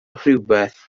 rhywbeth